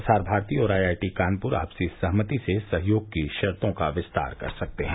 प्रसार भारती और आईआईटी कानपुर आपसी सहमति से सहयोग की शर्तों का विस्तार कर सकते हैं